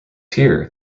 here